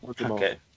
Okay